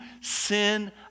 sin